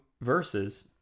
verses